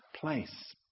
place